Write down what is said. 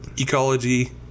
ecology